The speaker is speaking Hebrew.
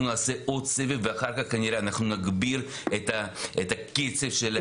נעשה עוד סבב ואחר כך כנראה אנחנו נגביר את הקצב של ההכשרה.